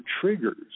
triggers